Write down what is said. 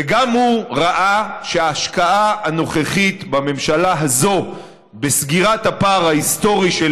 וגם הוא ראה שההשקעה הנוכחית בממשלה הזאת בסגירת הפער ההיסטורי של